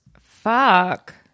Fuck